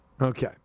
Okay